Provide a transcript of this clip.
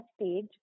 stage